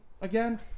again